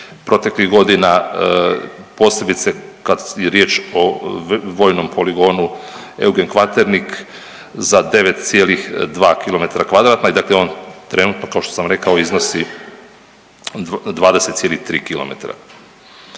proteklih godina posebice kad je riječ o Vojnom poligonu Eugen Kvaternik za 9,2 kilometra kvadratna i dakle on trenutno kao što sam rekao iznosi 20,3